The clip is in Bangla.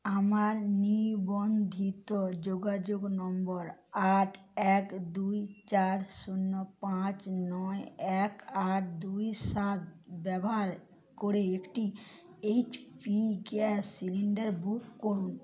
আমার নিবন্ধিত যোগাযোগ নম্বর আট এক দুই চার শূন্য পাঁচ নয় এক আট দুই সাত ব্যবহার করে একটি H P gas cylinder book করুন